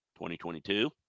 2022